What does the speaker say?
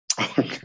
Okay